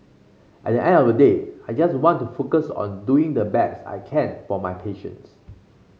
at the end of the day I just want to focus on doing the best I can for my patients